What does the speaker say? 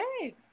okay